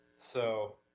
so,